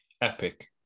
Epic